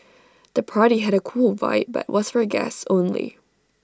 the party had A cool vibe but was for guests only